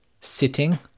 sitting